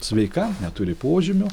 sveika neturi požymių